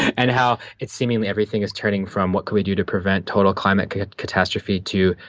and how it's seeming everything is turning from, what can we do to prevent total climate catastrophe? to,